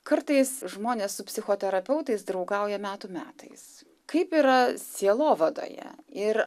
kartais žmonės su psichoterapeutais draugauja metų metais kaip yra sielovadoje ir